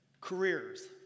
Careers